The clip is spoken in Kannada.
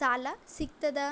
ಸಾಲ ಸಿಗತದ?